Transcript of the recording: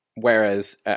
Whereas